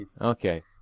Okay